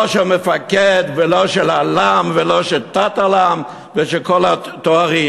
לא של מפקד ולא של אל"מ ולא של תת-אל"מ ושל כל התארים.